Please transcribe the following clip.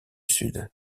sud